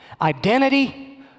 Identity